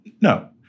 No